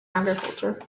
agriculture